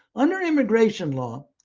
under immigration law,